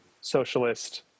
socialist